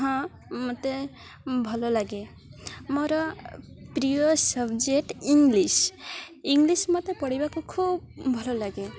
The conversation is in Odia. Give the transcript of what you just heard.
ହଁ ମୋତେ ଭଲ ଲାଗେ ମୋର ପ୍ରିୟ ସବଜେକ୍ଟ ଇଂଲିଶ ଇଂଲିଶ ମୋତେ ପଢ଼ିବାକୁ ଖୁବ୍ ଭଲ ଲାଗେ